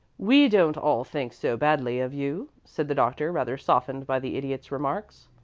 we don't all think so badly of you, said the doctor, rather softened by the idiot's remarks.